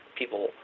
people